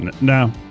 No